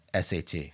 SAT